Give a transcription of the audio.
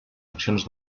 accions